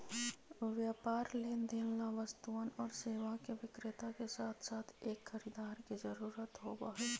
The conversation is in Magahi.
व्यापार लेनदेन ला वस्तुअन और सेवा के विक्रेता के साथसाथ एक खरीदार के जरूरत होबा हई